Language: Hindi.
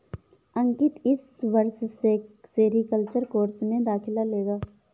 अंकित इस वर्ष सेरीकल्चर कोर्स में दाखिला लेगा